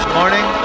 morning